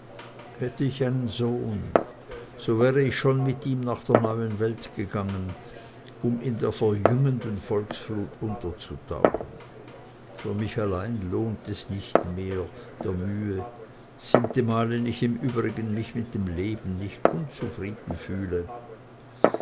hätte ich einen sohn so wäre ich schon mit ihm nach der neuen welt gegangen um in der verjüngenden volksflut unterzutauchen für mich allein lohnt es nicht mehr der mühe sintemal ich im übrigen mich mit dem leben nicht unzufrieden fühle